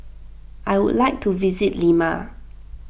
I would like to visit Lima